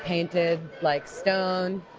painted like stone.